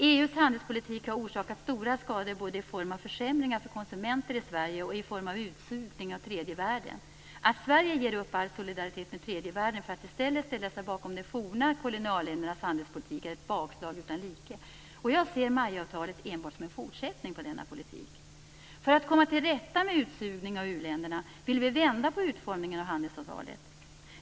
EU:s handelspolitik har orsakat stora skador både i form av försämringar för konsumenter i Sverige och i form av utsugning av tredje världen. Att Sverige ger upp all solidaritet med tredje världen för att i stället ställa sig bakom de forna kolonialländernas handelspolitik är ett bakslag utan like, och jag ser MAI-avtalet enbart som en fortsättning på denna politik. För att komma till rätta med utsugningen av uländerna vill vi vända på utformningen av handelsavtal.